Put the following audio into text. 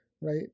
Right